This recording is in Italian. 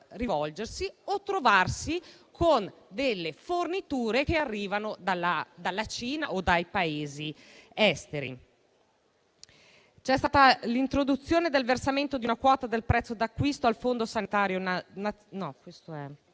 trovarsi a doversi rivolgere a forniture che arrivano dalla Cina o dai Paesi esteri. C'è stata l'introduzione del versamento di una quota del prezzo d'acquisto al Fondo sanitario